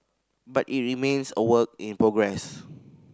but it remains a work in progress